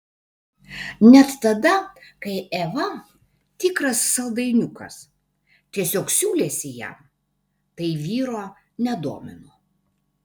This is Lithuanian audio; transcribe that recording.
net tada kai eva tikras saldainiukas tiesiog siūlėsi jam tai vyro nedomino